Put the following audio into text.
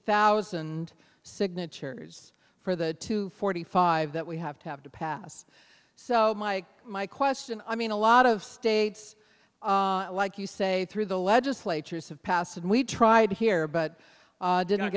thousand signatures for the two forty five that we have to have to pass so my my question i mean a lot of states like you say through the legislatures have passed and we tried here but